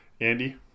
Andy